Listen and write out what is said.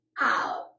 out